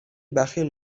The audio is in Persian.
بخیل